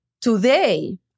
today